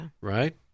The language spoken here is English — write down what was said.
right